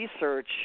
research